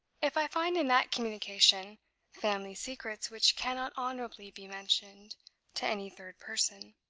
if i find in that communication family secrets which cannot honorably be mentioned to any third person,